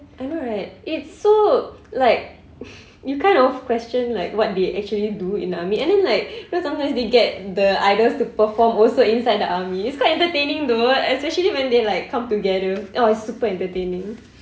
I know right it's so like you kind of question like what they actually do in the army and then like you know sometimes they get the idols to perform also inside the army it's quite entertaining though especially when they like come together oh it's super entertaining